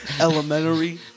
Elementary